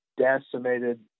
decimated